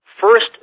First